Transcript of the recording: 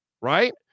right